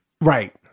Right